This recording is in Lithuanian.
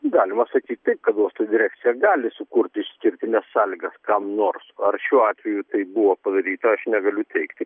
galima sakyt taip kad uosto direkcija gali sukurti išskirtines sąlygas kam nors ar šiuo atveju tai buvo padaryta aš negaliu teigti